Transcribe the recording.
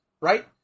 right